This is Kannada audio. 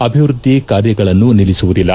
ಅಭವೃದ್ದಿ ಕಾರ್ಯಗಳನ್ನು ನಿಲ್ಲಿಸುವುದಿಲ್ಲ